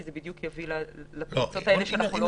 כי זה יביא לפרצות האלה שאנחנו רוצים להימנע מהן.